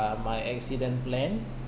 my accident plan